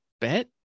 bet